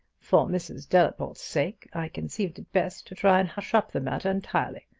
for mrs. delaporte's sake i conceived it best to try and hush up the matter entirely.